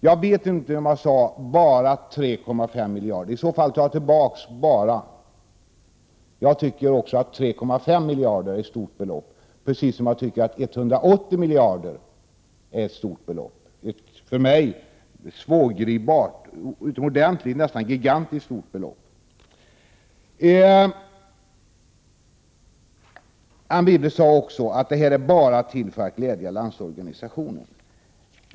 Jag vet inte om jag sade bara 3,5 miljarder. I så fall tar jag tillbaka bara. Jag tycker också att 3,5 miljarder är ett stort belopp, precis som jag tycker att 180 miljarder är ett stort och för mig utomordentligt svårgripbart och nästan gigantiskt stort belopp. Anne Wibble sade också att detta bara är till för att glädja Landsorganisa tionen.